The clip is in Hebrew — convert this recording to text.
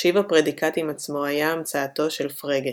תחשיב הפרדיקטים עצמו היה המצאתו של פרגה.